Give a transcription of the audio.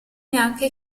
neanche